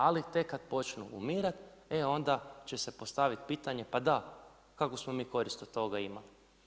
Ali tek kad počnu umirat, e onda će se postaviti pitanje, pa da, kakvu smo mi korist od toga imali?